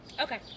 Okay